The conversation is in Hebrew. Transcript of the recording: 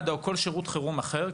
מד"א או כל שירות חירום אחר.